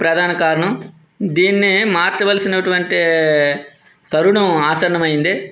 ప్రధాన కారణం దీన్ని మార్చవలసినటువంటి తరుణం ఆసన్నమైంది